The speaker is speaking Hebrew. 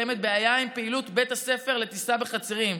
קיימת בעיה עם פעילות בית הספר לטיסה בחצרים.